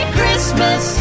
Christmas